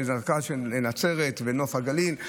שזה רכ"ל של נצרת ונוף הגליל,